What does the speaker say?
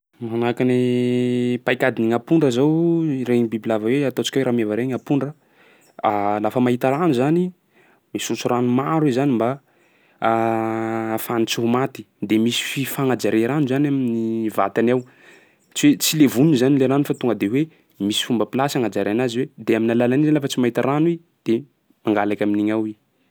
Manahaky ny paik'adin'gny ampondra zao regny biby lava hoe ataontsika hoe rameva regny ampondra, lafa mahita rano zany i, misotso rano maro i zany mba ahafahany tsy ho maty. De misy fi- fagnajaria rano 'zany amin'ny vatany ao, tsy hoe tsy levoniny 'zany le rano fa tonga de hoe misy fomba plasy agnajaria anazy hoe, de amin'ny alalan'igny zany lafa tsy mahita rano i de mangalaky amin'igny ao i.